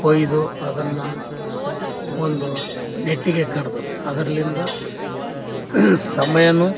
ಕೊಯ್ದು ಅದನ್ನು ಒಂದು ನಟ್ಟಿಗೆ ಕಡೆದು ಅದರಿಂದ ಸಮಯಾನೂ